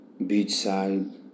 beachside